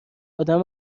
ادم